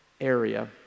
area